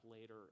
later